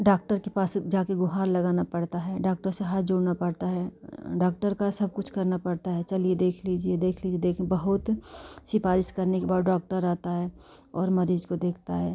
doctor के पास जाकर गुहार लगाना पड़ता है डाक्टर से हाथ जोड़ना पड़ता है डाक्टर का सब कुछ करना पड़ता है चलिए देख लीजिए देख लीजिए बहुत सिफारिश करने के बाद डाक्टर आता है और मरीज़ को देखता है